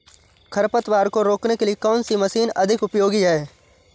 खरपतवार को रोकने के लिए कौन सी मशीन अधिक उपयोगी है?